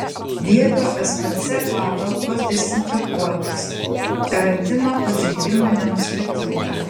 vievio spc patalpos dezinfekuotos karantino pažeidimų nenustatyta